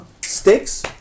Sticks